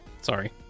Sorry